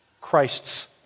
Christ's